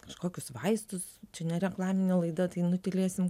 kažkokius vaistus čia ne reklaminė laida tai nutylėsim